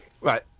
Right